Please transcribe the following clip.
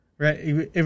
Right